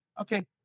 Okay